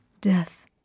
death